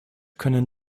können